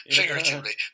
figuratively